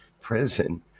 prison